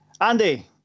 Andy